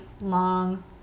long